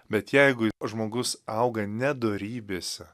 bet jeigu į žmogus auga nedorybėse